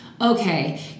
okay